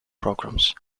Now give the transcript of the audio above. programs